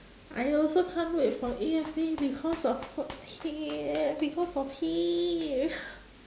I also can't wait for A_F_A because of h~ he because of he